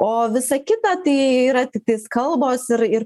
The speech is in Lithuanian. o visa kita tai yra tiktais kalbos ir ir